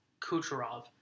Kucherov